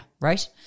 Right